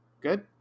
good